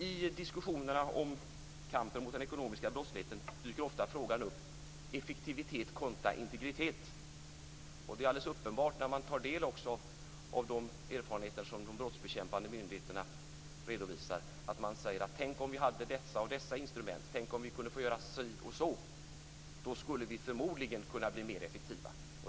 I diskussionerna om kampen mot den ekonomiska brottsligheten dyker ofta frågan om effektivitet kontra integritet upp. Det är alldeles uppenbart när man tar del också av de erfarenheter som de brottsbekämpande myndigheterna redovisar. Man säger: Tänk om vi hade dessa och dessa instrument. Tänk om vi kunde få göra si och så, då skulle vi förmodligen kunna bli mer effektiva.